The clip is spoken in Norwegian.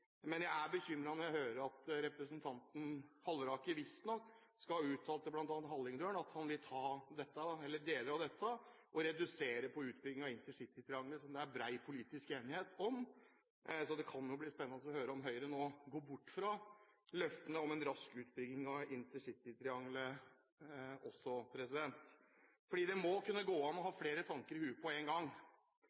Men jeg blir bekymret når jeg hører at representanten Halleraker visstnok skal ha uttalt til bl.a. Hallingdølen at han vil ta deler av dette ved å redusere på utbyggingen av intercitytriangelet, som det er bred politisk enighet om. Så det kan bli spennende å høre om Høyre nå går bort fra løftene om en rask utbygging av intercitytriangelet også. Det må kunne gå an å ha flere tanker i hodet på en gang,